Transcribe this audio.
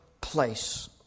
place